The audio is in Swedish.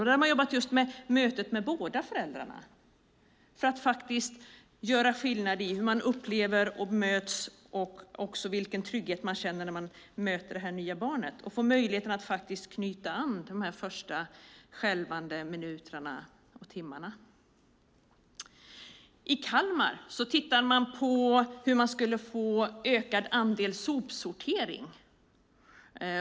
Man har jobbat mycket med mötet med båda föräldrarna för att göra skillnad när det gäller vad man upplever och hur man bemöts och vilken trygghet man känner när man möter det nya barnet och får möjlighet att knyta an de första skälvande minuterna och timmarna. I Kalmar tittade man på hur man skulle öka andelen sopsortering.